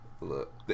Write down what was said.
Look